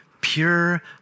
pure